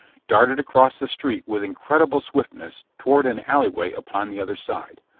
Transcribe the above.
darted across the street with incredible swiftness toward an alleyway upon the other side.